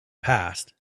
passed